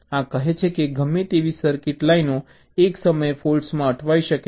આ કહે છે કે ગમે તેવી સર્કિટ લાઇનો એક સમયે ફૉલ્ટ્સમાં અટવાઈ શકે છે